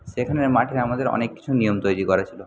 সেখানের মাঠে আমাদের অনেক কিছু নিয়ম তৈরি করা ছিল